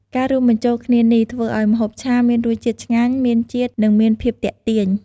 ការរួមបញ្ចូលគ្នានេះ ធ្វើឱ្យម្ហូបឆាមានរសជាតិឆ្ងាញ់ មានជាតិ និងមានភាពទាក់ទាញ។